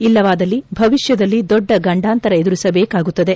ಇಲ್ಲವಾದಲ್ಲಿ ಭವಿಷ್ಯದಲ್ಲಿ ದೊಡ್ಡ ಗಂಡಾಂತರ ಎದುರಿಸದೇಕಾಗುತ್ತದೆ